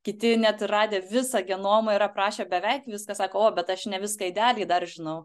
kiti net radę visą genomą ir aprašę beveik viską sako o bet aš ne viską idealiai dar žinau